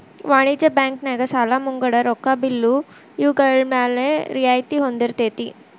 ವಾಣಿಜ್ಯ ಬ್ಯಾಂಕ್ ನ್ಯಾಗ ಸಾಲಾ ಮುಂಗಡ ರೊಕ್ಕಾ ಬಿಲ್ಲು ಇವ್ಗಳ್ಮ್ಯಾಲೆ ರಿಯಾಯ್ತಿ ಹೊಂದಿರ್ತೆತಿ